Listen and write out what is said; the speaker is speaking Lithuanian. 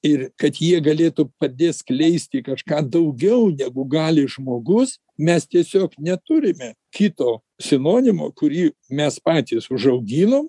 ir kad jie galėtų padėt skleisti kažką daugiau negu gali žmogus mes tiesiog neturime kito sinonimo kurį mes patys užauginom